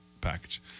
package